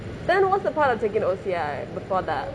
then what's the point of taking the O_C_I before that